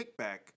kickback